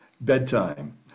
bedtime